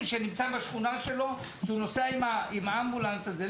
שנמצא בשכונה שלו שנוסע עם האמבולנס הזה.